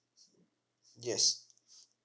yes